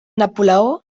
napoleó